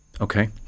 Okay